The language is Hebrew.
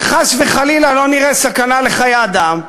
שחס וחלילה לא נראה סכנה לחיי אדם,